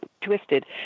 Twisted